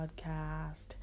podcast